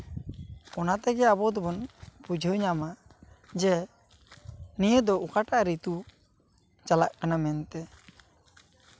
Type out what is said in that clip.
ᱚᱱᱟ ᱛᱮᱜᱮ ᱟᱵᱚ ᱫᱚᱵᱚᱱ ᱵᱩᱡᱷᱟᱹᱣ ᱧᱟᱢᱟ ᱡᱮ ᱱᱤᱭᱟᱹ ᱫᱚ ᱚᱠᱟᱴᱟᱜ ᱨᱤᱛᱩ ᱪᱟᱞᱟᱜ ᱠᱟᱱᱟ ᱢᱮᱱᱛᱮ